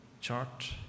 chart